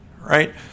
right